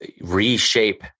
reshape